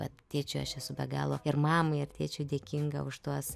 vat tėčiui aš esu be galo ir mamai ir tėčiui dėkinga už tuos